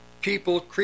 people